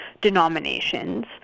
denominations